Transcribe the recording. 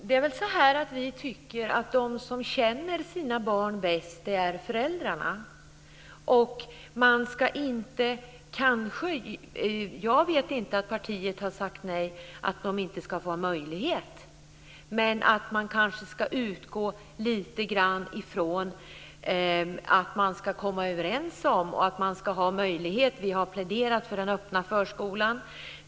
Fru talman! Vi tycker att de som känner sina barn bäst är föräldrarna. Jag vet inte att partiet har sagt nej till att de ska få ha möjlighet till en plats, men man kanske ska utgå lite grann från att de ska komma överens om detta och att de ska ha möjligheten. Vi har pläderat för den öppna förskolan.